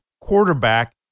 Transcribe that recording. Quarterback